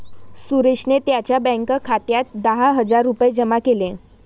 सुरेशने त्यांच्या बँक खात्यात दहा हजार रुपये जमा केले